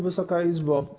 Wysoka Izbo!